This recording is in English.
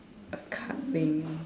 a card thing